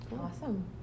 awesome